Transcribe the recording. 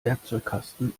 werkzeugkasten